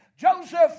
Joseph